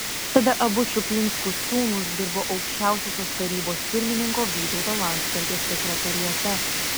tada abu čuplinskų sūnūs dirbo aukščiausiosios tarybos pirmininko vytauto landsbergio sekretoriate